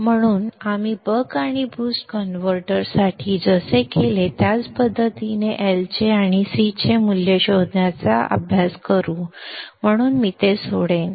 म्हणून आपण बक आणि बक बूस्ट कन्व्हर्टरसाठी जसे केले त्याच पद्धतीने L चे मूल्य आणि C चे मूल्य शोधण्याचा सराव म्हणून मी ते सोडेन